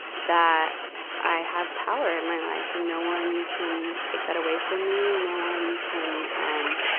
that i have power in my life, and no one can take that away from me. no one can, um,